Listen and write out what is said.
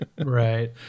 Right